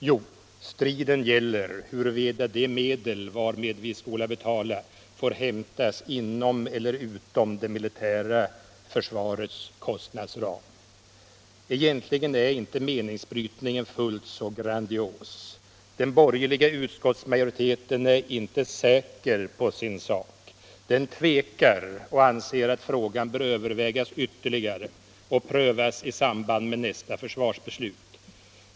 Jo, striden gäller huruvida de medel varmed vi skall betala får hämtas inom eller utom det militära försvarets kostnadsram. Egentligen är inte meningsbrytningen fullt så grandios. Den borgerliga utskottsmajoriteten är inte säker på sin sak. Den tvekar och anser att frågan bör övervägas ytterligare och prövas i samband med nästa försvarsbeslut.